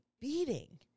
beating